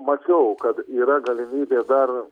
mačiau kad yra galimybė dar